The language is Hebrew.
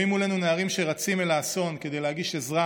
רואים מולנו נערים שרצים לאסון כדי להגיש עזרה,